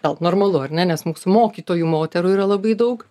gal normalu ar ne nes mūsų mokytojų moterų yra labai daug